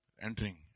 Entering